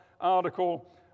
article